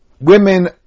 women